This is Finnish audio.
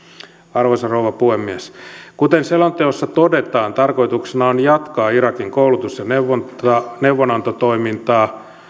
arvoisa rouva puhemies kuten selonteossa todetaan tarkoituksena on jatkaa irakin koulutus ja neuvonantotoimintaa